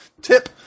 tip